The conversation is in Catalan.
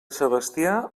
sebastià